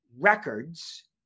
records